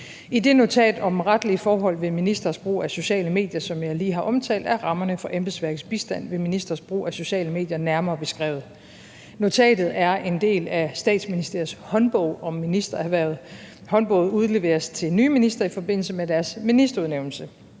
I det notat om retlige forhold ved ministres brug af sociale medier, som jeg lige har omtalt, er rammerne for embedsværkets bistand ved ministres brug af sociale medier nærmere beskrevet. Notatet er en del af Statsministeriets håndbog om ministerhvervet. Håndbogen udleveres til nye ministre i forbindelse med deres ministerudnævnelse,